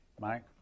Mike